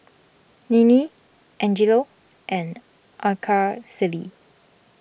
Ninnie Angelo and Araceli